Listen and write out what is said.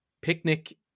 picnic